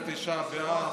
ערב תשעה באב,